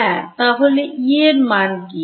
হ্যাঁ তাহলে E এর মান কি